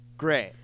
Great